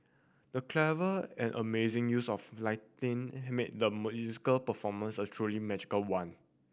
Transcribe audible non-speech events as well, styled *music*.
the clever and amazing use of lighting made the *unintelligible* performance a truly magical one